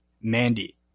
Mandy